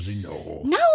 no